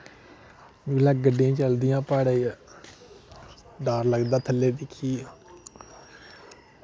जुल्लै गड्डियां चलदियां प्हाड़ें च डर लगदा थल्लै दिक्खियै